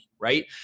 right